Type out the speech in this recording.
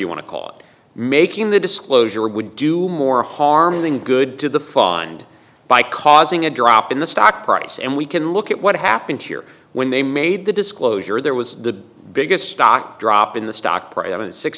you want to call it making the disclosure would do more harm than good to the fund by causing a drop in the stock price and we can look at what happened here when they made the disclosure there was the biggest stock drop in the stock price